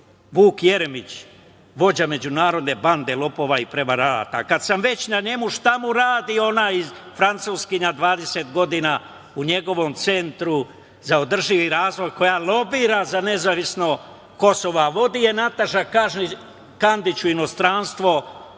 Vuk Jeremić, vođa međunarodne bande lopova i prevaranata. Kad sam već kod njega, šta mu radi Francuskinja dvadeset godina u njegovom Centru za održivi razvoj koja lobira za nezavisno Kosovo, a vodi je Nataša Kandić u inostranstvo